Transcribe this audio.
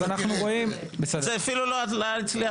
אפשר לראות את השקף?